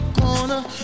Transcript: corner